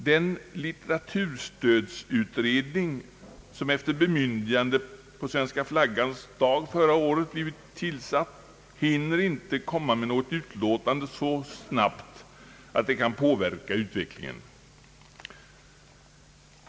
Den litteraturstödsutredning, som efter bemyndigande på svenska flaggans dag förra året blivit tillsatt hinner inte avge något utlåtande så snabbt att det kan påverka utvecklingen.